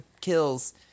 kills